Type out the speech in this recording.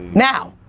now.